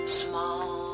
small